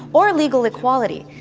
or legal equality.